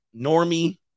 normie